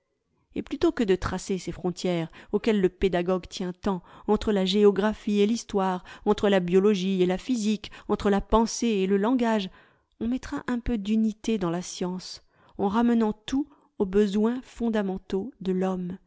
et plutôt que de tracer ces frontières auxquelles le pédagogue tient tant entre la géographie et l'histoire entre la biologie et la physique entre la pensée et le langage on mettra un peu d'unité dans la science en ramenant tout aux besoins fondamentaux de l'homme